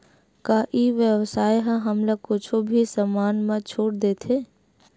का ई व्यवसाय ह हमला कुछु भी समान मा छुट देथे?